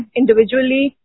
individually